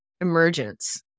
emergence